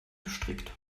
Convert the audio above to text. gestrickt